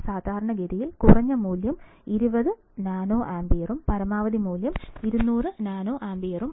സാധാരണഗതിയിൽ കുറഞ്ഞ മൂല്യം 20 നാനോ ആമ്പിയറും പരമാവധി മൂല്യം 200 നാനോ ആമ്പിയറും